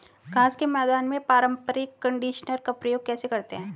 घास के मैदान में पारंपरिक कंडीशनर का प्रयोग कैसे करते हैं?